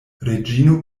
reĝino